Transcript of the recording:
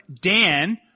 Dan